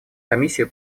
комиссию